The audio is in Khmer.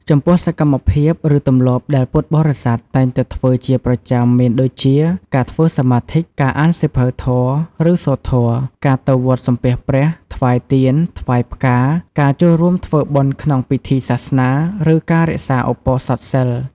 ចំពោះសកម្មភាព ឬទម្លាប់ដែលពុទ្ធបរិស័ទតែងតែធ្វើជាប្រចាំមានដូចជា ការធ្វើសមាធិ ការអានសៀវភៅធម៌ ឬសូត្រធម៌ ការទៅវត្តសំពះព្រះ ថ្វាយទៀន ថ្វាយផ្កា ការចូលរួមធ្វើបុណ្យក្នុងពិធីសាសនា និងការរក្សាឧបោសថសីល។